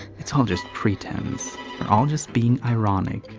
it's all just pretense all just being ironic.